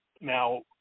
now